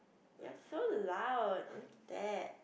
you are so loud look at that